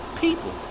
people